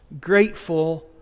grateful